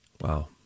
Wow